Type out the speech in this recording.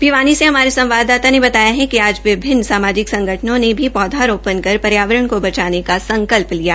भिवानी से हमारे संवाददाता ने बताया कि आज विभिन्न सामाजिक संगठनों ने भी पौधारोपण कर पर्यावरण को बचाने का संकल्प लिया